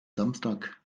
samstag